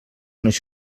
unes